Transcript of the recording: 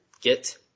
get